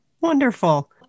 Wonderful